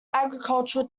agricultural